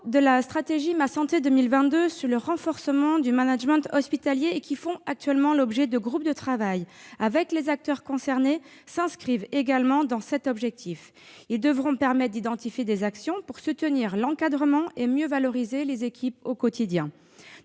de la stratégie Ma santé 2022 sur le renforcement du management hospitalier, qui font actuellement l'objet de groupes de travail avec les acteurs concernés, s'inscrivent également dans cet objectif. Ils devront permettre d'identifier des actions pour soutenir l'encadrement et mieux valoriser les équipes au quotidien.